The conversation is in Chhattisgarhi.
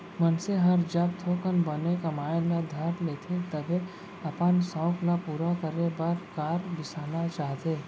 मनसे हर जब थोकन बने कमाए ल धर लेथे तभे अपन सउख ल पूरा करे बर कार बिसाना चाहथे